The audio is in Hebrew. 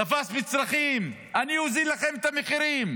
תפס מצרכים, אני אוריד לכם את המחירים.